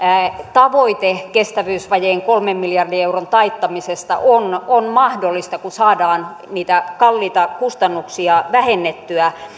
tavoite kestävyysvajeen kolmen miljardin euron taittamisesta on on mahdollista kun saadaan niitä kalliita kustannuksia vähennettyä